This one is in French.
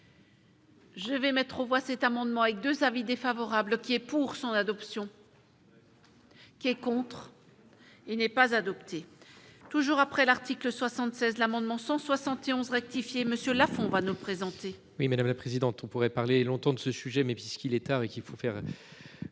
Je vais mettre aux voix cet amendement avec 2 avis défavorables qui est pour son adoption. Qui est contre, il n'est pas adopté. Toujours après l'article 76, l'amendement 171 rectifié monsieur Lafond va nous présenter.